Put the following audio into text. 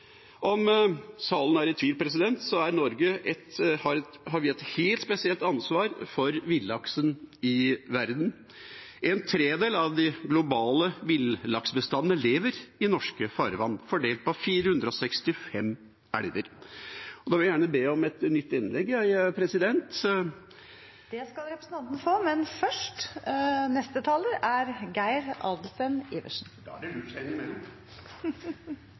Om salen er i tvil, har Norge et helt spesielt ansvar for villaksen i verden. En tredjedel av de globale villaksbestandene lever i norske farvann fordelt på 465 elver. Jeg vil gjerne be om et nytt innlegg, president. Det skal representanten få, men først neste taler, som er Geir Adelsten Iversen. Jeg hadde egentlig ikke tenkt å si så veldig mye, men det jeg har lyst til å opplyse om, er at det